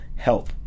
Help